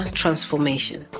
transformation